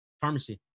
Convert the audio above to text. pharmacy